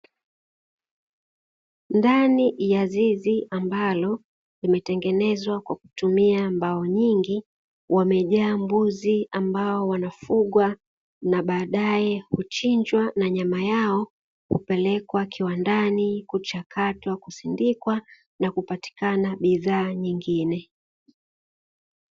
Ndani ya zizi ambalo limetengenezwa kwa kutumia mbao nyingi, wamejaa mbuzi ambao wanafugwa na baadaye kuchinjwa na nyama yao hupelekwa kiwandani; kuchakatwa, kusindikwa na kupatikana bidhaa nyingine.